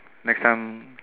next time